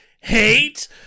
hate